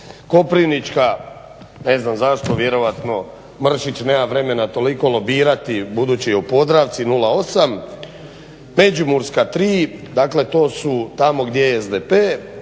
Koprivnička ne znam zašto, vjerojatno Mršić nema vremena toliko lobirati budući je u Podravci 0,8, Međimurska 3, dakle to su tamo gdje je SDP.